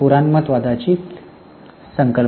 ती पुराणमतवादाची संकल्पना होती